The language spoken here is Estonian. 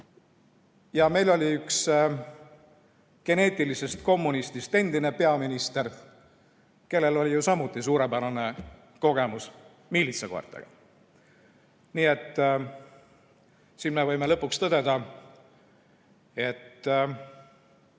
Meil oli üks geneetilisest kommunistist endine peaminister, kellel oli samuti suurepärane kogemus miilitsakoertega. Nii et me võime lõpuks tõdeda, et